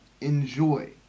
enjoy